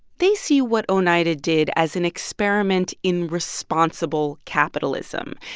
they see what oneida did as an experiment in responsible capitalism.